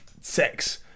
sex